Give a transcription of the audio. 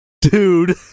dude